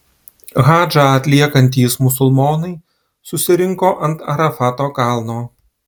hadžą atliekantys musulmonai susirinko ant arafato kalno